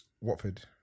Watford